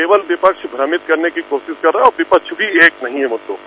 केवल विपक्ष भ्रमित करने की कोशिश कर रहा है और विपक्ष भी एक नहीं हो सकता